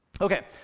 Okay